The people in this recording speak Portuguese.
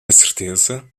certeza